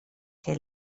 che